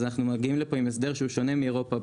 אנחנו מגיעים לפה עם הסדר שהוא שונה מאירופה,